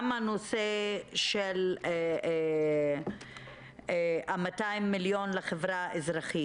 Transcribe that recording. גם הנושא של ה-200 מיליון לחברה אזרחית.